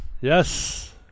Yes